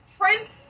Prince